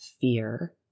fear